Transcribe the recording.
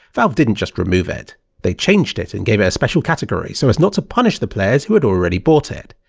valve didn't just remove it they changed it and gave it a special category so as not to punish the players who had already bought it.